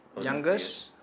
Youngest